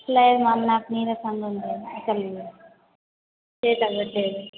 లేదు నాకు నీరసంగా ఉందండి తెలియడం లేదు ఏమి తగ్గట్లేదు